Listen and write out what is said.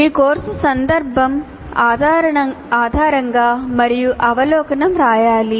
ఈ కోర్సు సందర్భం ఆధారంగా మరియు అవలోకనం రాయాలి